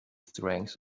strength